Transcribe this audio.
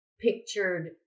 pictured